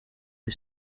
iri